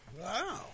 Wow